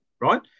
right